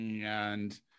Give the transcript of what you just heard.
and-